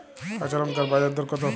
কাঁচা লঙ্কার বাজার দর কত?